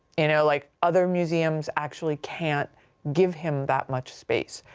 you know, like, other museums actually can't give him that much space.